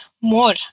more